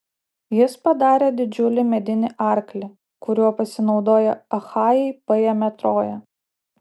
jis padarė didžiulį medinį arklį kuriuo pasinaudoję achajai paėmė troją